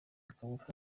akaboko